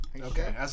Okay